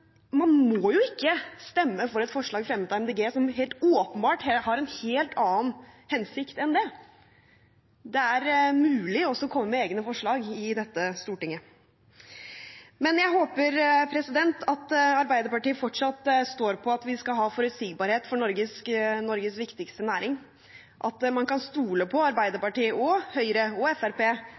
man må jo ikke stemme for et forslag fremmet av Miljøpartiet De Grønne som helt åpenbart har en helt annen hensikt enn det. Det er mulig å komme med egne forslag i dette storting. Jeg håper at Arbeiderpartiet fortsatt står på at vi skal ha forutsigbarhet for Norges viktigste næring, at man kan stole på Arbeiderpartiet, Høyre og